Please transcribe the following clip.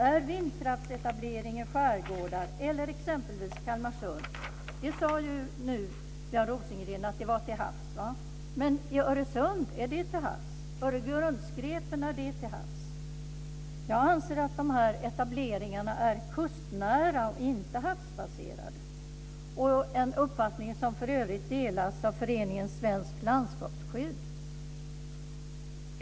Är vindkraftsetablering i skärgårdar eller i exempelvis Kalmarsund till havs, som Björn Rosengren nu sade? Men är Öresund till havs? Är Öregrundsgrepen till havs? Jag anser att de här etableringarna är kustnära och inte havsbaserade, en uppfattning som för övrigt delas av Föreningen svenskt landskapsskydd.